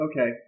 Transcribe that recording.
okay